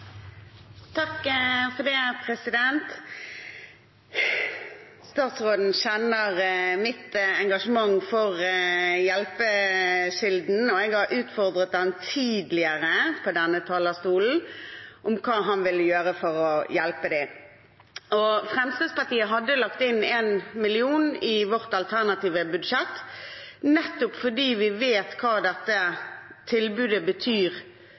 Statsråden kjenner mitt engasjement for Hjelpekilden, og jeg har utfordret ham tidligere fra denne talerstolen på hva han vil gjøre for å hjelpe dem. Fremskrittspartiet hadde lagt inn 1 mill. kr i vårt alternative budsjett nettopp fordi vi vet hva dette tilbudet betyr